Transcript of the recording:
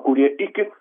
kurie iki